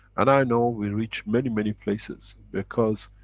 and i know we reach many, many places because